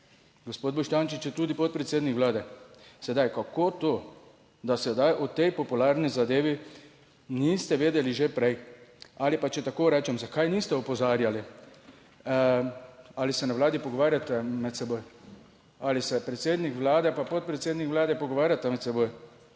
gospod Boštjančič je tudi podpredsednik Vlade. Sedaj, kako to, da sedaj o tej popularni zadevi niste vedeli že prej, ali pa če tako rečem, zakaj niste opozarjali. Ali se na Vladi pogovarjate med seboj? Ali se predsednik Vlade pa podpredsednik Vlade pogovarjate med seboj,